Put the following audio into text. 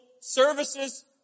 services